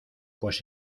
pues